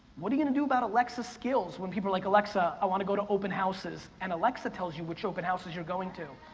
what are you gonna do about alexa skills when people are like, alexa, i wanna go to open houses, and alexa tells you which open houses you're going to.